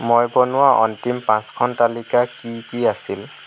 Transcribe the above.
মই বনোৱা অন্তিম পাঁচখন তালিকা কি কি আছিল